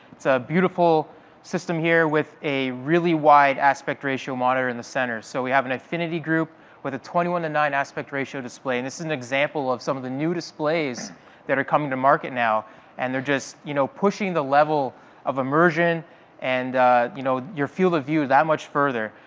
it's a beautiful system here with a really wide aspect ratio monitor in the center. so we have an eyefinity group with a twenty one nine aspect ratio display, and this is an example of some of the new displays that are coming to market now. and they're just, you know, pushing the level of immersion and you know your field of view that much further.